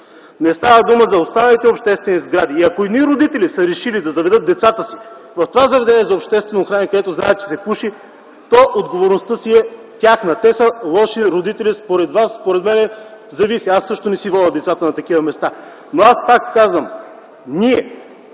Не става дума за останалите обществени сгради. Ако едни родители са решили да заведат децата си в това заведение за обществено хранене, където знаят, че се пуши, то отговорността си е тяхна. Те са лоши родители според вас и според мен. Зависи. Аз също не си водя децата на такива места. Пак казвам – ние